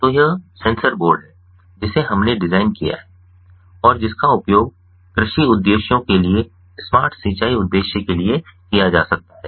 तो यह sensor board है जिसे हमने डिज़ाइन किया है और जिसका उपयोग कृषि उद्देश्यों के लिए स्मार्ट सिंचाई उद्देश्य के लिए किया जा सकता है